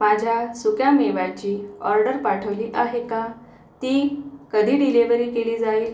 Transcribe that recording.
माझ्या सुक्यामेव्याची ऑर्डर पाठवली आहे का ती कधी डिलिवेरी केली जाईल